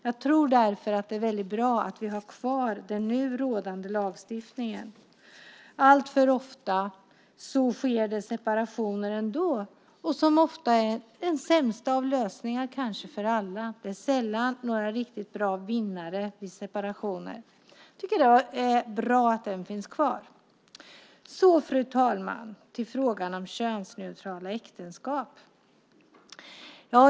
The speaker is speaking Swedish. Jag tror därför att det är väldigt bra att vi har kvar den nu rådande lagstiftningen. Alltför ofta sker separationer ändå, vilket ofta kanske är den sämsta av lösningar för alla. Det finns sällan några riktiga vinnare vid separationer. Jag tycker att det är bra att detta finns kvar. Fru talman! Jag går nu över till frågan om könsneutrala äktenskap.